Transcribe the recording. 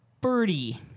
birdie